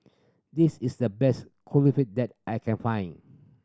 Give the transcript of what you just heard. this is the best Kulfi that I can find